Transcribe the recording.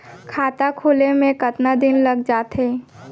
खाता खुले में कतका दिन लग जथे?